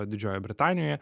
didžiojoj britanijoj